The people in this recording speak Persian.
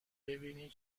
ببینین